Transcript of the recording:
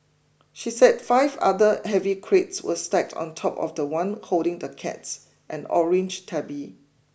she said five other heavy crates were stacked on top of the one holding the cat an orange tabby